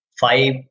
five